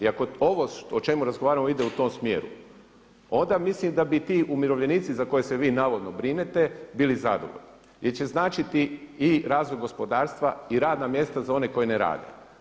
I ako ovo o čemu razgovaramo ide u tom smjeru, onda mislim da bi ti umirovljenici za koje se vi navodno brinete bili zadovoljni, jer će značiti i razvoj gospodarstva i radna mjesta za one koji ne rade.